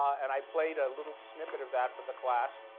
and i played a little snippet of that for the class.